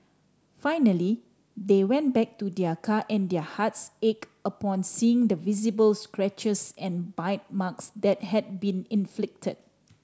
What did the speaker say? finally they went back to their car and their hearts ache upon seeing the visible scratches and bite marks that had been inflicted